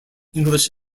english